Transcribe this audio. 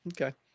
Okay